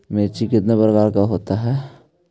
मिर्ची कितने प्रकार का होता है?